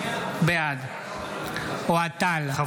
בעד אוהד טל,